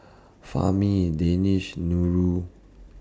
Fahmi in Danish Nurul